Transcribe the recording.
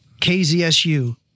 KZSU